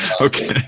Okay